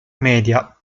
media